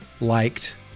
liked